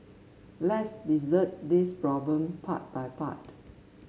let's dissect this problem part by part